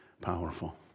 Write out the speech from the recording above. powerful